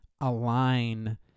align